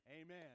amen